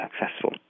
successful